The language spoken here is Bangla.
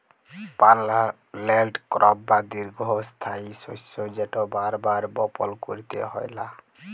পার্মালেল্ট ক্রপ বা দীঘ্ঘস্থায়ী শস্য যেট বার বার বপল ক্যইরতে হ্যয় লা